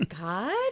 God